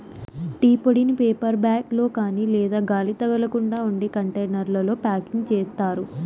tea పొడిని paper bag లో కాని లేదా గాలి తగలకుండా ఉండే కంటైనర్లలో ప్యాకింగ్ చేత్తారు